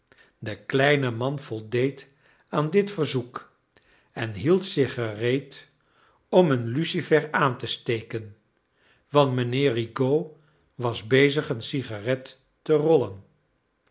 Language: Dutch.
de kleine man voldeed aan dit verzoek en hielrz zich gereed om een iucifer aan te steken want mijnheer rigaud was bezig een sigaret te rollen